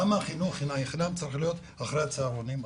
למה חינוך חינם צריך להיות אחרי הצהרונים,